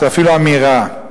ואפילו אמירה,